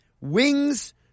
wings